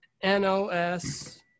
N-O-S